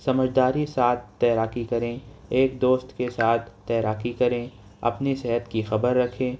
سمجھداری ساتھ تیراکی کریں ایک دوست کے ساتھ تیراکی کریں اپنی صحت کی خبر رکھیں